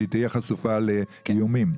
שהיא תהיה חשופה לאיומים.